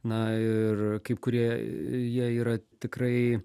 na ir kaip kurie jie yra tikrai